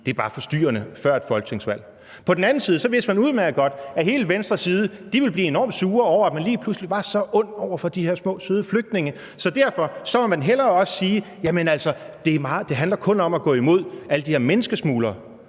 det er bare forstyrrende før et folketingsvalg. På den anden side vidste man udmærket godt, at hele venstre side ville blive enormt sure over, at man lige pludselig var så ond over for de her små, søde flygtninge, så derfor måtte man hellere også sige: Jamen altså, det handler kun om at gå imod alle de her menneskesmuglere.